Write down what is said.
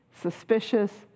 suspicious